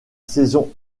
saison